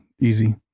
easy